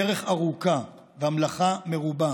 הדרך ארוכה והמלאכה מרובה,